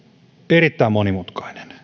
erittäin monimutkainen